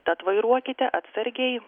tad vairuokite atsargiai